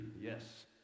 Yes